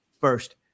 first